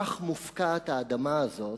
כך מופקעת האדמה הזאת,